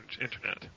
internet